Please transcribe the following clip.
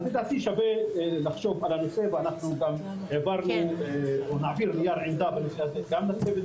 אז לדעתי שווה לחשוב על הנושא ואנחנו נעביר נייר עמדה בנושא הזה גם לצוות